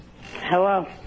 Hello